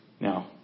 Now